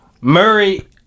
Murray